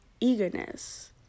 eagerness